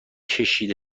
کشیده